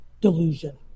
delusion